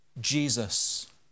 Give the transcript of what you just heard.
Jesus